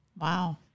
Wow